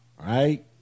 right